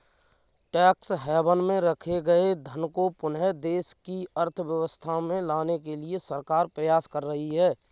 tax haven में रखे गए धन को पुनः देश की अर्थव्यवस्था में लाने के लिए सरकार प्रयास कर रही है